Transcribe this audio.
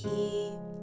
Keep